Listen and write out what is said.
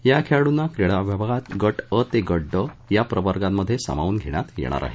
या खेळाडूंना क्रीडा विभागात गट अ ते गट ड प्रवर्गात सामावून घेण्यात येणार आहे